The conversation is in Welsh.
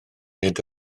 nid